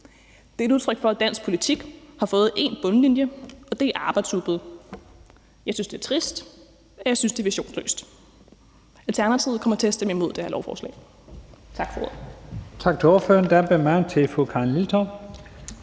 Det er et udtryk for, at dansk politik har fået én bundlinje, og det er arbejdsudbud. Jeg synes, det er trist, og jeg synes, det er visionsløst. Alternativet kommer til at stemme imod det her lovforslag. Tak for ordet.